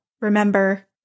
remember